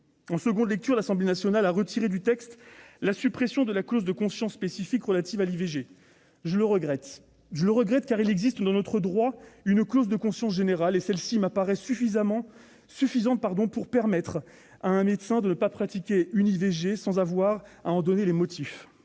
En deuxième lecture, l'Assemblée nationale a retiré du texte la suppression de la clause de conscience spécifique relative à l'IVG. Je le regrette. Je le regrette, car il existe dans notre droit une clause de conscience générale, qui m'apparaît suffisante pour permettre à un médecin de ne pas pratiquer une IVG sans avoir à donner les motifs